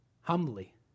humbly